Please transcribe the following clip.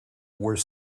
were